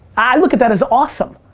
i look at that as awesome.